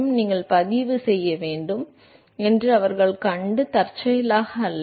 எனவே நீங்கள் பதிவு செய்ய வேண்டும் என்று அவர்கள் கண்டது தற்செயலாக அல்ல